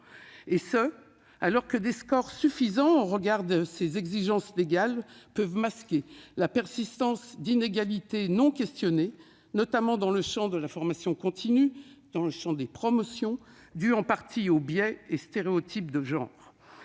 en soi. Pourtant, des scores suffisants au regard des exigences légales peuvent masquer la persistance d'inégalités non questionnées, notamment dans le champ de la formation continue et des promotions, inégalités dues en partie aux biais et aux stéréotypes de genre.